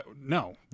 No